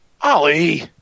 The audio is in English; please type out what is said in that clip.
Ollie